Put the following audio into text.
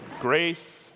Grace